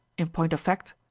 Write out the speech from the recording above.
in point of fact,